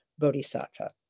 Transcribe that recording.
Bodhisattva